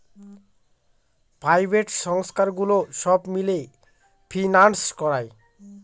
private সংস্থাগুলো সব মিলে ফিন্যান্স করায়